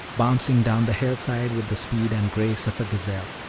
bounding down the hill-side with the speed and grace of a gazelle.